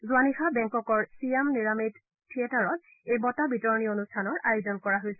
যোৱা নিশা বেংককৰ ছিয়াম নিৰামিট থিয়েটাৰত এই বঁটা বিতৰণী অনুষ্ঠানৰ আয়োজন কৰা হৈছিল